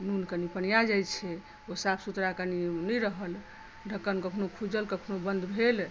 नून कनि पनिआ जाइत छै ओ साफ सुथड़ा कनि नहि रहल ढक्कन कखनहु खूजल कखनहु बन्द भेल